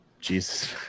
Jesus